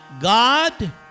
God